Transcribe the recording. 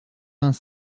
vingt